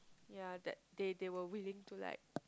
ya that they they were willing to like